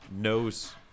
knows